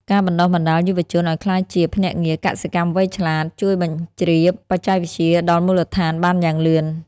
ការបណ្ដុះបណ្ដាលយុវជនឱ្យក្លាយជា "ភ្នាក់ងារកសិកម្មវៃឆ្លាត" ជួយបញ្ជ្រាបបច្ចេកវិទ្យាដល់មូលដ្ឋានបានយ៉ាងលឿន។